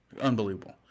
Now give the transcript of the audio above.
Unbelievable